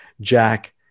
Jack